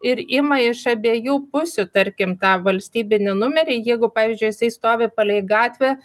ir ima iš abiejų pusių tarkim tą valstybinį numerį jeigu pavyzdžiui jisai stovi palei gatvę